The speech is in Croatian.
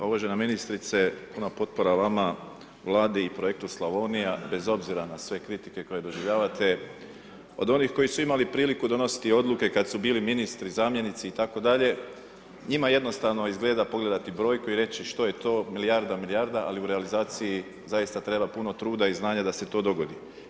Uvažena ministrice puna potpora vama, Vladi i Projektu Slavonija, bez obzira na sve kritike koje doživljavate, od onih koji su imali priliku donositi odluke kad su bili ministri, zamjenici itd., njima jednostavno izgleda pogledati brojku i reći što je to, milijarda i milijarda ali u realizaciji zaista treba puno truda i znanja da se to dogodi.